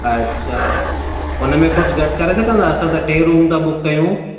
अछा हुन में कुझु घटि करे सघंदा असां त टे रुम था बुक कयूं